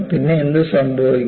പിന്നെ എന്ത് സംഭവിക്കും